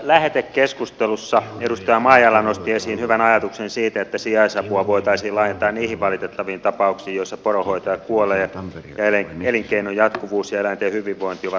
lähetekeskustelussa edustaja maijala nosti esiin hyvän ajatuksen siitä että sijaisapua voitaisiin laajentaa niihin valitettaviin tapauksiin joissa poronhoitaja kuolee ja elinkeinon jatkuvuus ja eläinten hyvinvointi ovat vaarassa